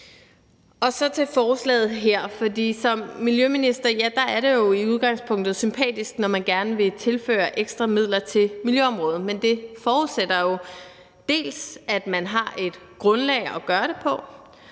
Som miljøminister vil jeg sige, at det jo i udgangspunktet er sympatisk, når man gerne vil tilføre ekstra midler til miljøområdet, men det forudsætter jo dels, at man har et grundlag at gøre det på,